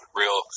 real